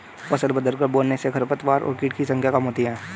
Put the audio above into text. फसल बदलकर बोने से खरपतवार और कीट की संख्या कम होती है